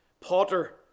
potter